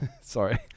Sorry